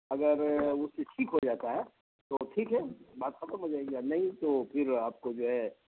اگر اس سے ٹھیک ہو جاتا ہے تو ٹھیک ہے بات ختم ہو جائے گی نہیں تو پھر آپ کو جو ہے